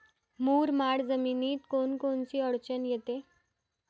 मुरमाड जमीनीत कोनकोनची अडचन येते?